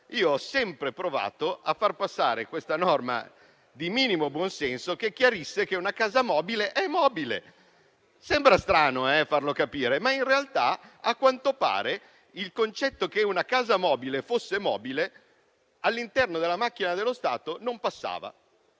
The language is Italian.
ho sempre provato a far passare la norma di minimo buonsenso che chiarisse che una casa mobile è mobile. Sembra strano farlo capire, ma in realtà, a quanto pare, il concetto che una casa mobile sia mobile non passava all'interno della macchina dello Stato perché